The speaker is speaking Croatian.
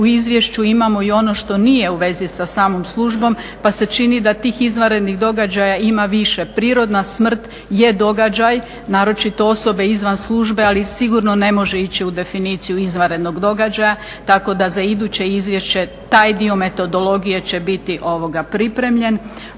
u izvješću imamo i ono što nije u vezi sa samom službom pa se čini da tih izvanrednih događaja ima više, prirodna smrt je događaj, naročito osobe izvan službe ali sigurno ne može ići u definiciju izvanrednog događaja. Tako da za iduće izvješće taj dio metodologije će biti pripremljen.